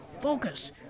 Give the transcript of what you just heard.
focus